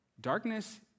darkness